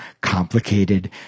complicated